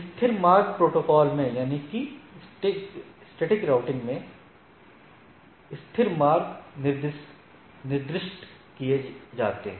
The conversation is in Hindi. स्थिर मार्ग प्रोटोकॉल में स्थिर मार्ग निर्दिष्ट किए जाते हैं